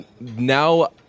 Now